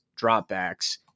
dropbacks